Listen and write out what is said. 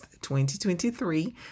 2023